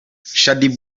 shaddy